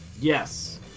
Yes